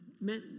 meant